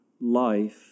life